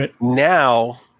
Now